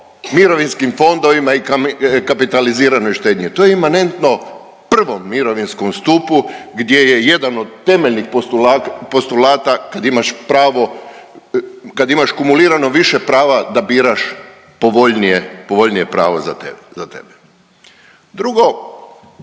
mirovinskim fondovima i kapitaliziranoj štednji, to je imanentno prvom mirovinskom stupu gdje je jedan od temeljenih postulata kad imaš pravo, kad imaš kumulirano više prava da biraš povoljnije pravo za tebe. Drugo,